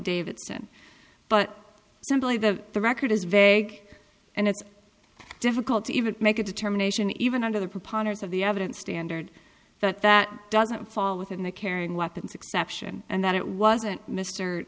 davidson but simply the the record is very big and it's difficult to even make a determination even under the preponderance of the evidence standard that that doesn't fall within the carrying weapons exception and that it wasn't mr